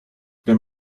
there